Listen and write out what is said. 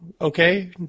Okay